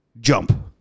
jump